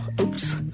oops